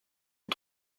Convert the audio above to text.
aux